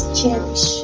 cherish